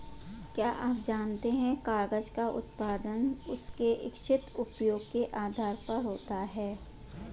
क्या आप जानते है कागज़ का उत्पादन उसके इच्छित उपयोग के आधार पर होता है?